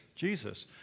Jesus